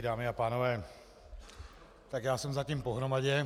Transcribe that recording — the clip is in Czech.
Dámy a pánové, tak já jsem zatím pohromadě.